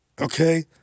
Okay